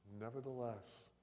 nevertheless